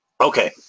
Okay